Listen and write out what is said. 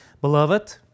Beloved